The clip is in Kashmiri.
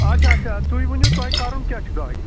اَچھا اَچھا تُہۍ ؤنِو تۄہہِ کَرُن کیٛاہ چھُ گاڑِ